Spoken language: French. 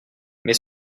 mais